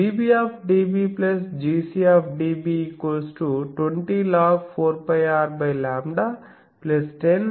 కాబట్టి dB dB 20log10 4πRλ10log10 Prc Prb